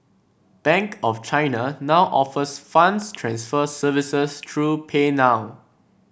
Bank of China now offers funds transfer services through PayNow